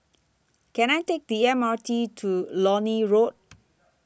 Can I Take The M R T to Lornie Road